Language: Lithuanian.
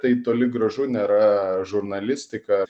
tai toli gražu nėra žurnalistika